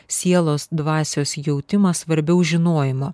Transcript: sielos dvasios jautimas svarbiau žinojimo